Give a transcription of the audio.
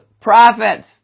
prophets